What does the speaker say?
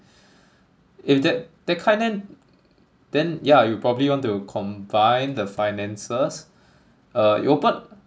if that that kind then then yeah you probably want to combine the finances uh you open